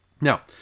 Now